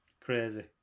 Crazy